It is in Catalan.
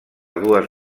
dues